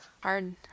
Hard